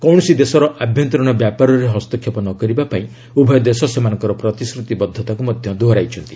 କୌଣସି ଦେଶର ଆଭ୍ୟନ୍ତରୀଣ ବ୍ୟାପାରରେ ହସ୍ତକ୍ଷେପ ନ କରିବାପାଇଁ ଉଭୟ ଦେଶ ସେମାନଙ୍କର ପ୍ରତିଶ୍ରତିବଦ୍ଧତାକୁ ଦୋହରାଇଛନ୍ତି